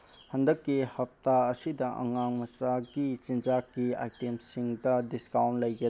ꯍꯟꯗꯛꯀꯤ ꯍꯞꯇꯥ ꯑꯁꯤꯗ ꯑꯉꯥꯡ ꯃꯆꯥꯒꯤ ꯆꯤꯟꯖꯥꯛꯀꯤ ꯑꯥꯏꯇꯦꯝꯁꯤꯡꯗ ꯗꯤꯁꯀꯥꯎꯟ ꯂꯩꯒ